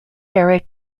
arid